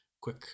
quick